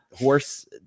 horse